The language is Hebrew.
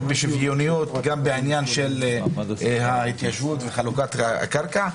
בשוויוניות בעניין ההתיישבות וחלוקת הקרקע,